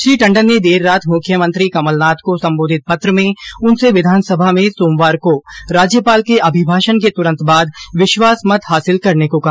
श्री टंडन ने देर रात मुख्यमंत्री कमलनाथ को संबोधित पत्र में उनसे विधानसभा में सोमवार को राज्यपाल के अभिभाषण के तुरंत बाद विश्वासमत हासिल करने को कहा